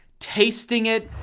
tasting it,